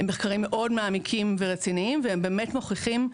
אלה מחקרים מאוד רציניים ומעמיקים והם באמת מוכיחים,